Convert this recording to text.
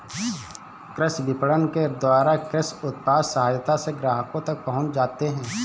कृषि विपणन के द्वारा कृषि उत्पाद सहजता से ग्राहकों तक पहुंच जाते हैं